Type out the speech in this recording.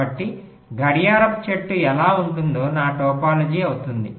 కాబట్టి గడియారపు చెట్టు ఎలా ఉంటుందో నా టోపాలజీ అవుతుంది